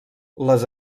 les